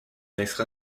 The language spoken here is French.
extra